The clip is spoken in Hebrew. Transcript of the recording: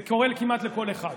זה קורה כמעט לכל אחד.